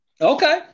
Okay